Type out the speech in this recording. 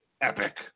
epic